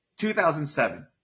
2007